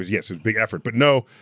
yes it's big effort, but no,